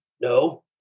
No